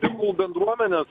tegul bendruomenės